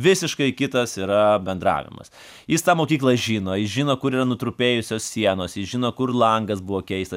visiškai kitas yra bendravimas jis tą mokyklą žino jis žino kur yra nutrupėjusios sienos ji žino kur langas buvo keistas